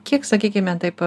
kiek sakykime taip